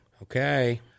Okay